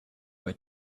way